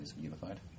unified